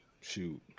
Shoot